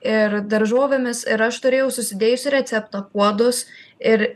ir daržovėmis ir aš turėjau susidėjusi receptą puodus ir